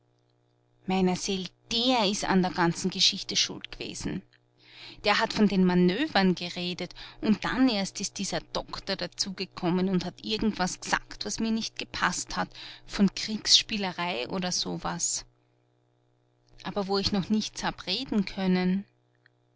meiner seel der ist an der ganzen geschichte schuld gewesen der hat von den manövern geredet und dann erst ist dieser doktor dazugekommen und hat irgendwas g'sagt was mir nicht gepaßt hat von kriegsspielerei oder so was aber wo ich noch nichts hab reden können